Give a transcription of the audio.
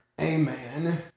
amen